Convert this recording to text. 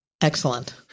Excellent